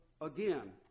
again